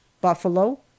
buffalo